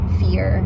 fear